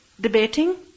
debating